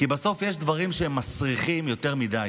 כי בסוף יש דברים שהם מסריחים יותר מדי.